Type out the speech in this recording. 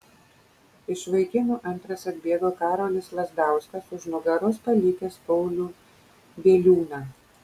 iš vaikinų antras atbėgo karolis lazdauskas už nugaros palikęs paulių bieliūną